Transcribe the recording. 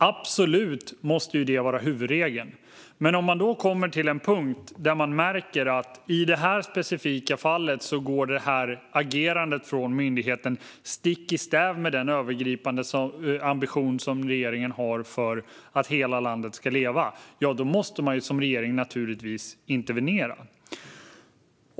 Absolut måste det vara huvudregeln, men när man märker att myndighetens agerande i det specifika fallet går stick i stäv med den övergripande ambition som regeringen har för att hela landet ska leva måste man som regering naturligtvis intervenera.